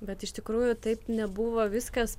bet iš tikrųjų taip nebuvo viskas